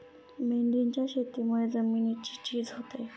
मेंढीच्या शेतीमुळे जमिनीची झीज होते